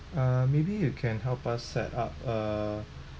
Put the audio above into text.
uh maybe you can help us set up a